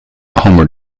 homer